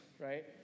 right